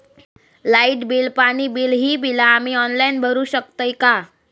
Light bill, पाणी bill, ही बिला आम्ही ऑनलाइन भरू शकतय का?